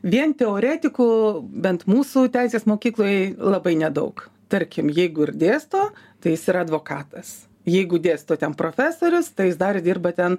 vien teoretikų bent mūsų teisės mokykloj labai nedaug tarkim jeigu ir dėsto tai jis yra advokatas jeigu dėsto ten profesorius tai jis dar dirba ten